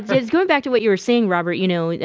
it's going back to what you were saying robert, you know,